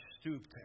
stooped